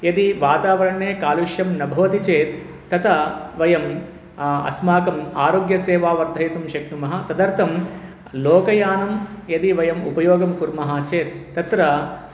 यदि वातावरणे कालुष्यं न भवति चेत् तथा वयम् अस्माकम् आरोग्यसेवां वर्धयितुं शक्नुमः तदर्थं लोकयानं यदि वयम् उपयोगं कुर्मः चेत् तत्र